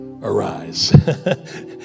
arise